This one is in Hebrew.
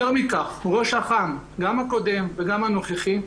יותר מכך, ראש האח"ם גם הקודם וגם הנוכחי,